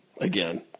again